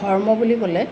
ধৰ্ম বুলি ক'লে